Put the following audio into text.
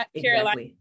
Carolina